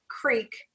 Creek